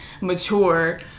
Mature